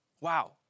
wow